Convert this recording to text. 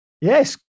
Yes